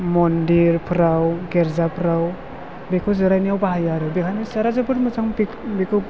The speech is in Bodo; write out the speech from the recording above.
मन्दिरफोराव गिर्जाफोराव बेखौ जिरायनायाव बाहायो आरो बेखायनो सियारा जोबोर मोजां बेखौ